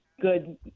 good